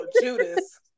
Judas